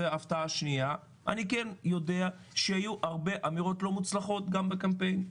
וזו הפתעה שנייה: אני כן יודע שיהיו הרבה אמירות לא מוצלחות גם בקמפיין,